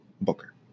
Booker